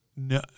No